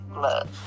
Love